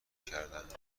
کردهاند